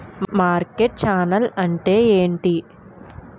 Market channel అంటే ఏంటి?